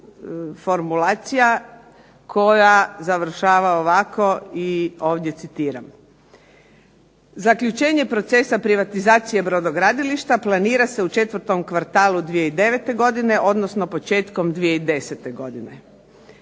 završava ovako i ovdje citiram: